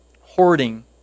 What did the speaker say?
hoarding